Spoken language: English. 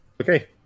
Okay